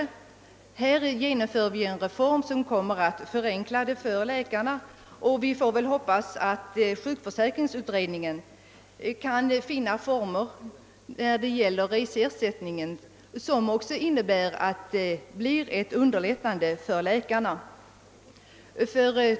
Vi står nu i begrepp att genomföra en reform som kommer att medföra förenklingar i det avseendet för läkarna, och vi hoppas att sjukförsäkringsutredningen skall finna former för en förenkling, även när det gäller reseersättningsfrågor, vilken kommer att underlätta läkarnas arbete.